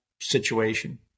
situation